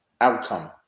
outcome